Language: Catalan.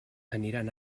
aniran